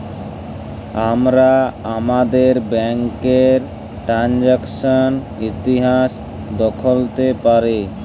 আমরা আমাদের ব্যাংকের টেরানযাকসন ইতিহাস দ্যাখতে পারি